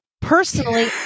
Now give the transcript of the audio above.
personally